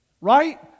Right